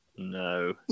No